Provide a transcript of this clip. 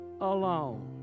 alone